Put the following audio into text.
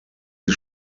sie